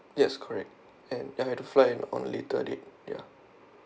yes correct and ya I have to fly on later date ya